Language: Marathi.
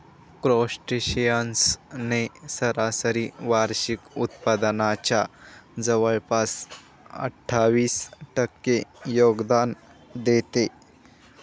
क्रस्टेशियन्स ने सरासरी वार्षिक उत्पादनाच्या जवळपास अठ्ठावीस टक्के योगदान देते